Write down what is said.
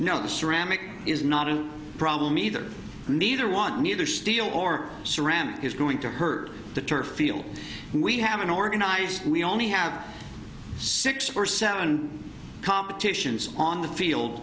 know the ceramic is not a problem either neither want neither steel or ceramic is going to hurt the turf field we have an organizer we only have six or seven competitions on the field